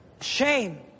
Shame